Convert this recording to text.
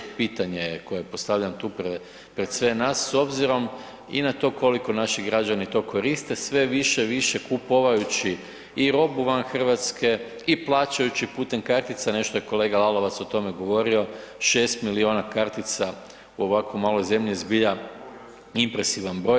Pitanje je koje postavljam tu pred sve nas s obzirom i na to koliko naši građani to koriste, sve više i više kupujući i robu van Hrvatske i plaćajući putem kartica, nešto je kolega Lalovac o tome govorio, 6 milijuna kartica u ovko maloj zemlji zbilja impresivan broj.